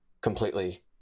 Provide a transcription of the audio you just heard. completely